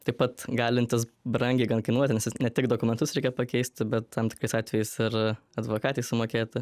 taip pat galintis brangiai kainuoti nes jis ne tik dokumentus reikia pakeisti bet tam tikrais atvejais ir advokatei sumokėti